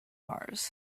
mars